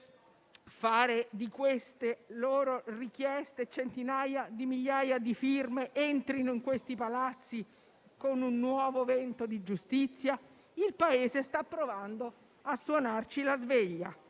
richieste, supportate da centinaia di migliaia di firme, entrino in questi Palazzi con un nuovo vento di giustizia? Il Paese sta provando a suonarci la sveglia;